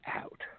out